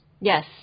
yes